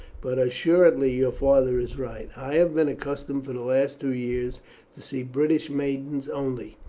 but assuredly your father is right. i have been accustomed for the last two years to see british maidens only.